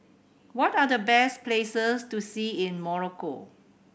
what are the best places to see in Morocco